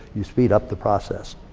you speed up the process.